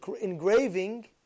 engraving